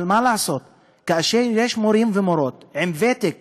אבל מה לעשות, כאשר יש מורים ומורות עם ותק